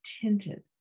tinted